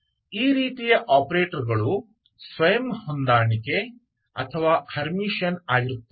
ಈ ರೀತಿಯ ಆಪರೇಟರ್ಗಳು ಸ್ವಯಂ ಹೊಂದಾಣಿಕೆ ಅಥವಾ ಹರ್ಮಿಟಿಯನ್ ಆಗಿರುತ್ತವೆ